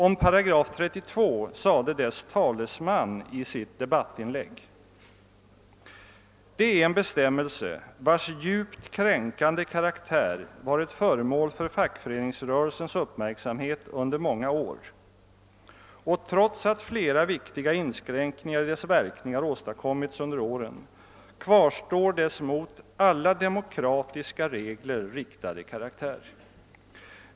Om 8 32 sade dess talesman i sitt debattinlägg: »Det är en bestämmelse vars djupt kränkande karaktär varit föremål för fackföreningsrörelsens uppmärksamhet under många år, och trots att flera viktiga inskränkningar i dess verkningar åstadkommits under åren kvarstår dess mot alla demokratiska regler riktade karaktär.